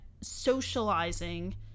socializing